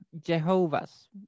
Jehovah's